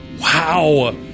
wow